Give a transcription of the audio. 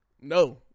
no